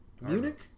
Munich